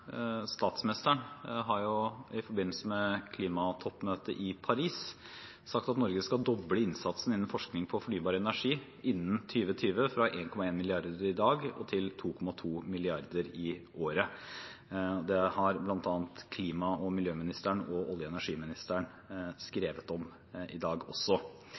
statsministeren, i forbindelse med klimatoppmøtet i Paris, har sagt at Norge skal doble innsatsen innen forskningen på fornybar energi innen 2020, fra 1,1 mrd. kr i dag til 2,2 mrd. kr i året. Det har bl.a. klima- og miljøministeren og olje- og energiministeren skrevet om i dag.